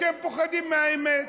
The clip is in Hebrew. אתם פוחדים מהאמת,